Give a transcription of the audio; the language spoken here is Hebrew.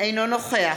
אינו נוכח